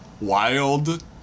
wild